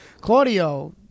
Claudio